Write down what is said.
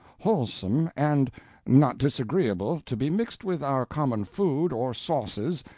wholesome and not disagreeable, to be mixed with our common food, or sauces,